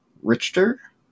Richter